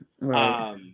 Right